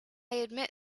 admit